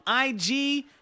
IG